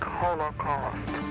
holocaust